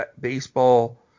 baseball